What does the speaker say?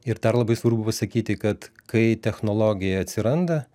ir dar labai svarbu pasakyti kad kai technologija atsiranda